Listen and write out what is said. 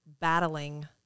battling